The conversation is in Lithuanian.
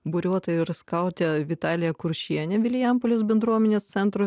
buriuotoja ir skautė vitalija kuršienė vilijampolės bendruomenės centro